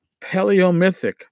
Paleomythic